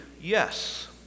yes